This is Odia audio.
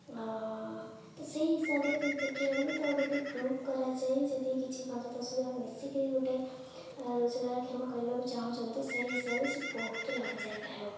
ତ ସେହି ହିସାବରେ ଯଦି ଦେଖିବା ଗଲେ ତ ଗୋଟେ ଗ୍ରୁପ୍ କରାଯାଇ ଯଦି କିଛି ପାଞ୍ଚ ଦଶ ଜଣ ମିଶିକିରି ଗୋଟେ ରୋଜଗାର କ୍ଷମ କରିବାକୁ ଚାହୁଁଛନ୍ତି ତ ସେହି ହିସାବରେ ସେ ବହୁତ ଲାଭଦାୟକ ହେବ